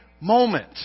moment